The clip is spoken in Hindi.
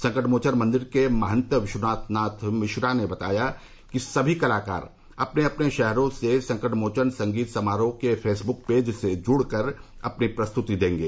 संकटमोचन मंदिर के महंत विश्वम्भरनाथ मिश्र ने बताया कि समी कलाकार अपने अपने शहरों से संकटमोचन संगीत समारोह के फेसबुक पेज से जुड़कर अपनी प्रस्तुति देंगे